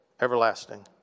everlasting